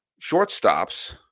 shortstops